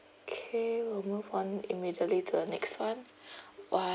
okay we'll move on immediately to the next one one